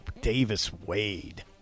Davis-Wade